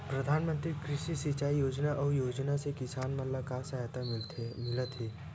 प्रधान मंतरी कृषि सिंचाई योजना अउ योजना से किसान मन ला का सहायता मिलत हे?